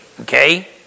okay